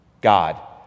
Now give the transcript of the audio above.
God